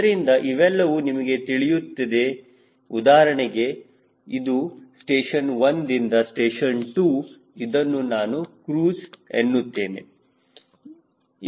ಅದರಿಂದ ಇವೆಲ್ಲವೂ ನಮಗೆ ತಿಳಿಯುತ್ತದೆ ಉದಾಹರಣೆಗೆ ಇದು ಸ್ಟೇಷನ್1 ದಿಂದ ಸ್ಟೇಷನ್2 ಇದನ್ನು ನಾನು ಕ್ರೂಜ್ ಎನ್ನುತ್ತೇನೆ